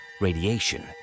radiation